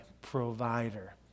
provider